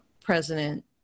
President